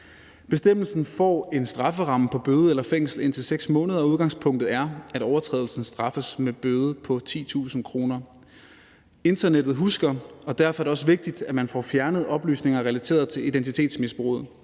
Bestemmelsen får en strafferamme på bøde eller fængsel indtil 6 måneder, og udgangspunktet er, at overtrædelsen straffes med en bøde på 10.000 kr. Internettet husker, og derfor er det også vigtigt, at man får fjernet oplysninger relateret til identitetsmisbruget.